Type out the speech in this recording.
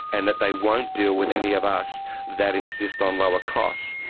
and that they won't deal with any of us that insist on lower costs.